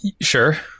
sure